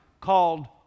called